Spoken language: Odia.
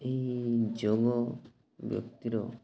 ଏହି ଯୋଗ ବ୍ୟକ୍ତିର